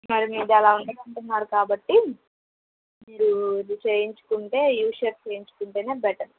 మరి మీది అలా ఉండడు అంటున్నారు కాబట్టి మీరు ఇది చేయించుకుంటే యు షేప్ చేయించుకుంటే బెటర్